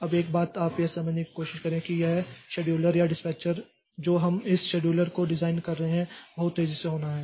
अब एक बात आप यह समझने की कोशिश करें कि यह शेड्यूलर या डिस्पैचर जो हम इस शेड्यूलर को डिज़ाइन कर रहे हैं वह बहुत तेजी से होना है